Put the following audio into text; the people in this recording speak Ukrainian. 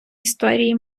історії